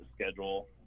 schedule